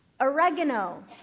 oregano